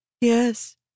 Yes